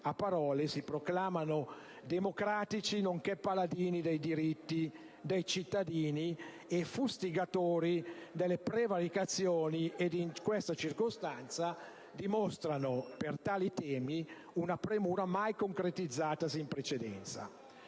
a parole, si proclamano democratici nonché paladini dei diritti dei cittadini e fustigatori delle prevaricazioni e, in questa circostanza, dimostrano per tali temi una premura mai concretizzatasi in precedenza.